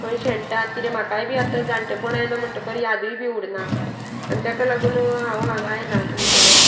खंय शेणटात किदें म्हाकाय बी आतां जाणटेपण आयलो म्हणटकर यादूय बी उडना आनी तेका लागून हांव हांगा आयलां तुमचो